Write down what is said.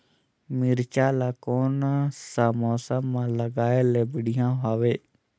मिरचा ला कोन सा मौसम मां लगाय ले बढ़िया हवे